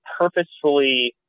purposefully